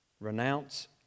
Renounce